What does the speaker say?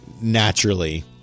naturally